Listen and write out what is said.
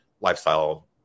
lifestyle